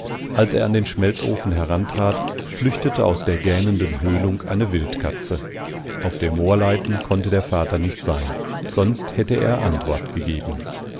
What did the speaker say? als er an den schmelzofen herantrat flüchtete aus der gähnenden höhlung eine wildkatze auf der moorleiten konnte der vater nicht sein sonst hätte er antwort gegeben